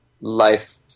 life